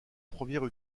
première